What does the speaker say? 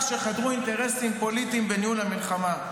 שחדרו אינטרסים פוליטיים לניהול המלחמה.